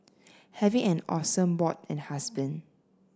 having an awesome bod and husband